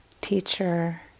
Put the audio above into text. teacher